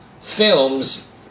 films